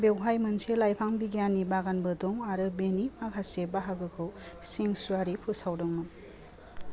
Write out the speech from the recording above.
बेवहाय मोनसे लाइफां बिगियाननि बागानबो दं आरो बेनि माखासे बाहागोखौ सिंकसुवारि फोसावदोंमोन